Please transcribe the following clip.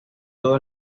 todo